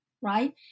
right